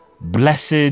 Blessed